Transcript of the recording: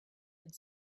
had